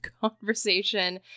conversation